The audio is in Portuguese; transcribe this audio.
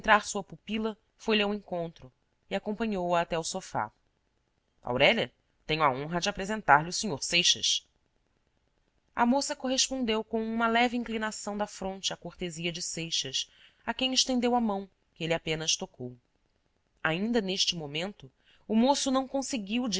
entrar sua pupila foi-lhe ao encontro e acompanhou-a até ao sofá aurélia tenho a honra de apresentar-lhe o sr seixas a moça correspondeu com uma leve inclinação da fronte à cortesia de seixas a quem estendeu a mão que ele apenas tocou ainda neste momento o moço não conseguiu